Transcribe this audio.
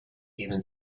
even